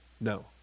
No